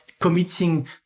committing